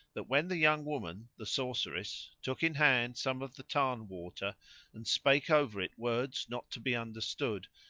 that when the young woman, the sorceress, took in hand some of the tarn water and spake over it words not to be understood,